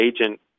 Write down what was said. agent